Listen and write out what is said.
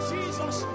Jesus